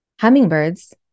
hummingbirds